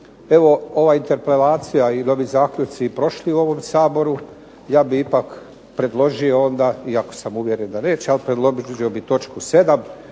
evo ova interpelacija i ovi zaključci prošli u ovom Saboru ja bih ipak predložio onda iako sam uvjeren da neće, a predložio bih točku 7.